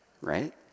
right